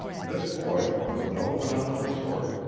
this boy, of no phenomenal sort,